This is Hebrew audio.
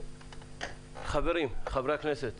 חברי הכנסת,